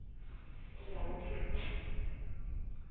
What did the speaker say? ఈ రాత్రి